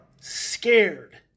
scared